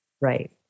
Right